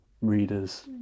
readers